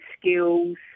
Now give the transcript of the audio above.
skills